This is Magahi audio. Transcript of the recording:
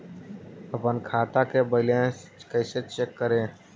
अपन खाता के बैलेंस कैसे चेक करे?